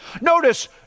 Notice